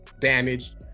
damaged